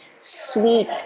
sweet